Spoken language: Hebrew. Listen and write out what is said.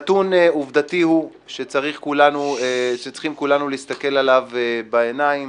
נתון עובדתי שצריכים כולנו להסתכל עליו בעיניים,